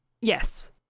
Yes